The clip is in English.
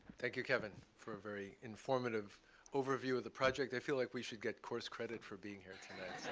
thank you, kevin, for a very informative overview of the project. i feel like we should get course credit for being here tonight.